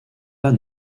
pas